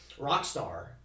Rockstar